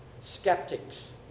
skeptics